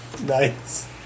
Nice